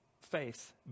faith